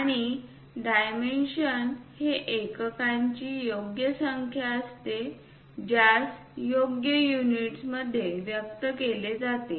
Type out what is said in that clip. आणि डायमेन्शन हे एककांची योग्य संख्या असते ज्यास योग्य युनिट्स मध्ये व्यक्त केले जाते